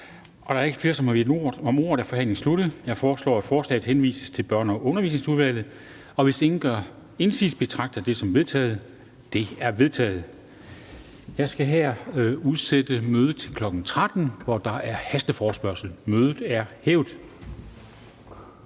Da der ikke er flere, der har bedt om ordet, er forhandlingen sluttet. Jeg foreslår, at forslaget til folketingsbeslutning henvises til Børne- og Undervisningsudvalget. Hvis ingen gør indsigelse, betragter jeg det som vedtaget. Det er vedtaget. Jeg skal her udsætte mødet til kl. 13.00, hvor der er hasteforespørgsel. Mødet er udsat.